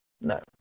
No